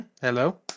Hello